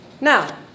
Now